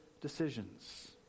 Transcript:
decisions